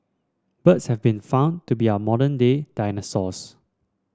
birds have been found to be our modern day dinosaurs